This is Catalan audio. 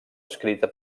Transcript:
escrita